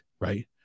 right